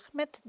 met